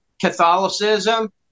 Catholicism